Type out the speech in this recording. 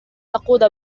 تقود